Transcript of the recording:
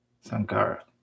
Sankara